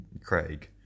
Craig